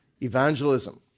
evangelism